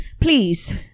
please